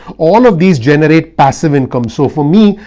all of these generate passive income. so for me,